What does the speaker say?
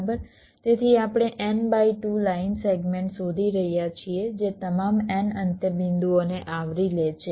તેથી આપણે N by 2 line segment શોધી રહ્યા છીએ જે તમામ N અંત્યબિંદુઓને આવરી લે છે